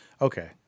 Okay